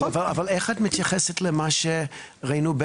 האם בחמש השנים האחרונות המצב סטטי או